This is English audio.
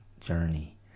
journey